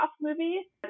movie